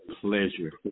pleasure